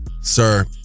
Sir